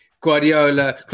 Guardiola